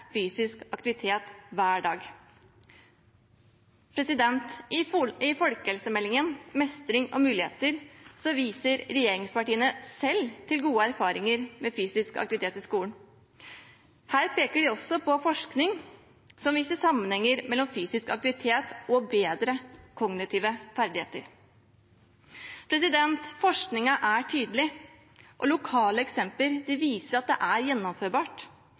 fysisk aktivitet hver dag. I Folkehelsemeldingen – Mestring og muligheter viser regjeringspartiene selv til gode erfaringer med fysisk aktivitet i skolen. Her peker de også på forskning som viser sammenhenger mellom fysisk aktivitet og bedre kognitive ferdigheter. Forskningen er tydelig, og lokale eksempler viser at det er gjennomførbart.